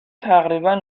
تقریبا